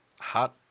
hot